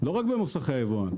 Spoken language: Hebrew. לא רק במוסכי היבואן.